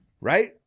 Right